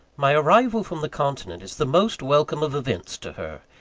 my arrival from the continent is the most welcome of events to her.